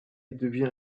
devient